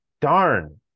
darn